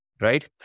Right